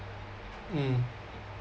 mm